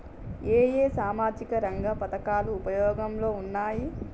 ఏ ఏ సామాజిక రంగ పథకాలు ఉపయోగంలో ఉన్నాయి?